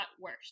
worse